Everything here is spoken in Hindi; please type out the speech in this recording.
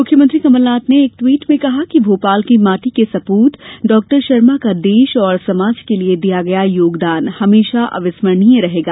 मुख्यमंत्री कमलनाथ ने एक ट्वीट में कहा कि भोपाल की माटी के सपूत डॉ शर्मा का देश और समाज के लिए दिया गया योगदान हमेशा अविस्मरणीय रहेगा